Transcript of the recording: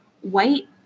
white